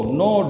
no